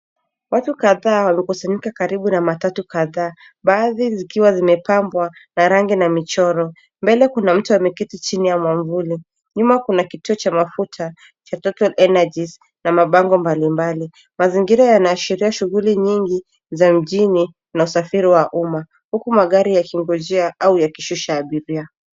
Watu kadhaa wamekusanyika karibu na matatu kadhaa baadhi zikiwa zimepambwa na rangi na michoro. Mbele kuna mtu ameketi chini ya mwavuli. Nyuma kuna kituo cha mafuta cha, total energies, na mabango mbalimbali. Mazingira yanaashiria shughuli nyingi za mjini na usafiri wa umma huku magari yakingojea au yakishusha abiria.